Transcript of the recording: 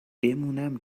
بمونم